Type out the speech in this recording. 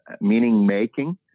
meaning-making